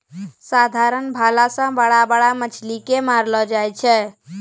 साधारण भाला से बड़ा बड़ा मछली के मारलो जाय छै